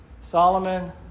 Solomon